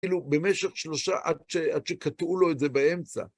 כאילו במשך שלושה עד שקטעו לו את זה באמצע.